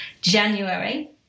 January